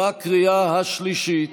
בקריאה השלישית.